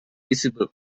visible